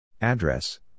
Address